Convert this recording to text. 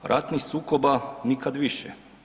Ratnih sukoba nikad više.